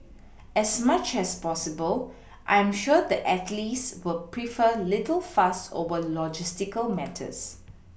as much as possible I am sure the athletes will prefer little fuss over logistical matters